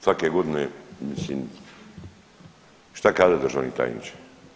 Svake godine, mislim šta kazat državni tajniče?